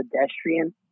pedestrian